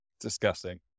Disgusting